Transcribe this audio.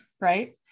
right